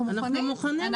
אנחנו מוכנים.